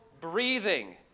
breathing